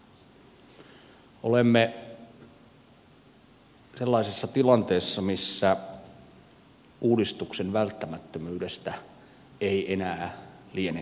olemme sellaisessa tilanteessa missä uudistuksen välttämättömyydestä ei enää liene epäselvyyttä